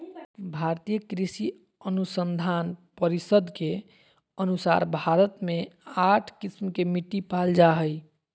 भारतीय कृषि अनुसंधान परिसद के अनुसार भारत मे आठ किस्म के मिट्टी पाल जा हइ